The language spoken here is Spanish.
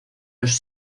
los